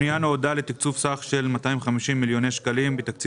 הפנייה נועדה לתקצוב סך של 250 מיליוני שקלים בתקציב